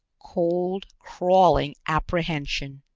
cold, crawling apprehension.